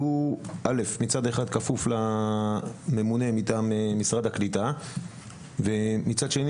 הוא מצד אחד כפוף לממונה מטעם משרד הקליטה ומצד שני